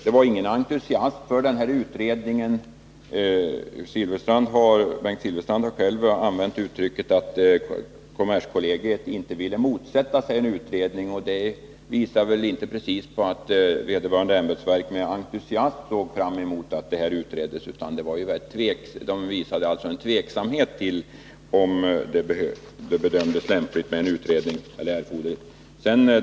Bengt Silfverstrand använde själv uttrycket att kommerskollegium inte ville motsätta sig en utredning, och det visar väl inte precis på att vederbörande ämbetsverk med entusiasm såg fram mot en utredning. Verket visade i stället tveksamhet till om det kunde bedömas erforderligt med en sådan.